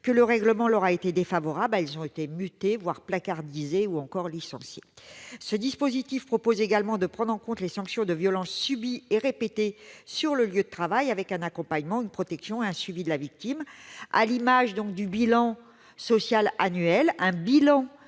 du problème leur a été défavorable : elles ont été mutées, placardisées ou licenciées. Ce dispositif vise également à prendre en compte les situations de violences subies et repérées sur le lieu de travail, en prévoyant un accompagnement, une protection et un suivi de la victime. À l'image du bilan social annuel, un bilan